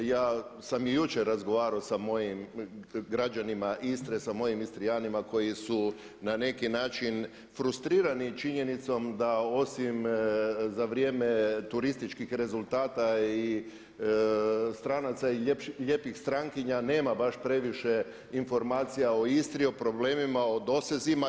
Ja sam i jučer razgovarao sa mojim građanima Istre, sa mojim Istrijanima koji su na neki način frustrirani činjenicom da osim za vrijeme turističkih rezultata i stranaca i lijepih strankinja nema baš previše informacija o Istri, o problemima, o dosezima.